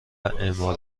اعمال